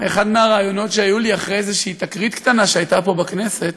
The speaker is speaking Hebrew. אחד מהראיונות שהיו לי אחרי איזושהי תקרית קטנה שהייתה פה בכנסת,